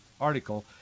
article